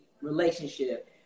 relationship